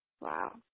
Wow